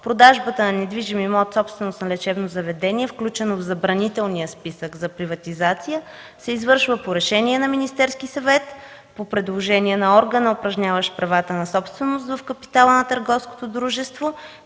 продажбата на недвижим имот – собственост на лечебно заведение, включено в Забранителния списък за приватизация, се извършва по решение на Министерския съвет по предложение на органа, упражняващ правата на собственост в капитала на търговското дружество,